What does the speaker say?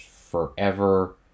Forever